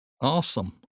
Awesome